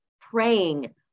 praying